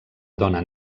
dona